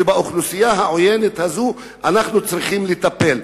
ובאוכלוסייה העוינת הזאת אנחנו צריכים לטפל.